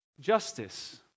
justice